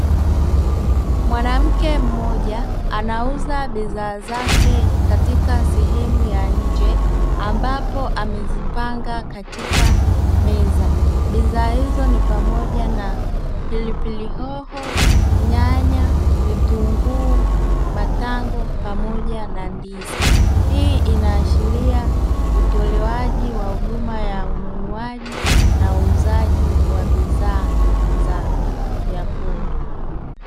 Mwanamke mmoja anauza bidhaa zake katika sehemu ya nje ambapo amezipanga katika meza, bidhaa hizo ni pamoja na pilipili hoho, nyanya vitunguu, matango pamoja na ndizi, hii inaashiria utolewaji wa huduma ya ununuaji na uuzaji wa bidhaa za vyakula.